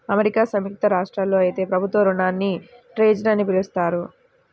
America సంయుక్త రాష్ట్రాల్లో అయితే ప్రభుత్వ రుణాల్ని ట్రెజర్ అని పిలుస్తారు